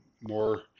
more